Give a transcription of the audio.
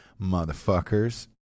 motherfuckers